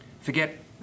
forget